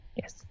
yes